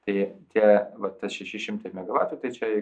tai tie va tas šeši šimtai megavatų tai čia